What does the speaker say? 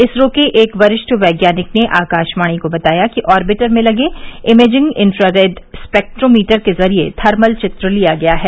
इसरो के एक वरिष्ठ वैज्ञानिक ने आकाशवाणी को बताया कि ऑर्बिटर में लगे इमेजिंग इंफ्रा रेड स्पेक्ट्रोमीटर के जरिए थर्मल चित्र लिया गया है